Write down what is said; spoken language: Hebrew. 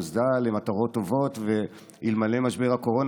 היא נוסדה למטרות טובות ואלמלא משבר הקורונה